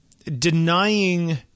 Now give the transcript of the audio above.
denying